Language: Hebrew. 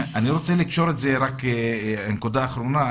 נקודה אחרונה.